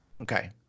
Okay